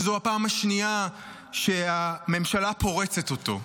שזאת הפעם השנייה שהממשלה פורצת אותו.